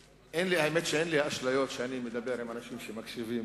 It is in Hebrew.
האמת שאין לי אשליות שאני מדבר עם אנשים שמקשיבים.